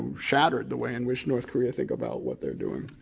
shattered the way in which north korea think about what they're doing.